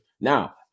Now